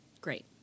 Great